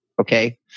Okay